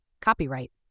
copyright